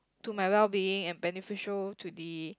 to my wellbeing and beneficial to the